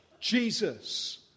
Jesus